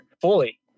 fully